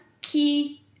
key